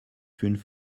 fünf